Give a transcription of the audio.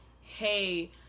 hey